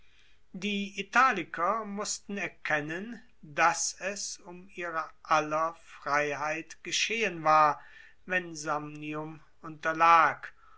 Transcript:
die italiker mussten erkennen dass es um ihrer aller freiheit geschehen war wenn samnium unterlag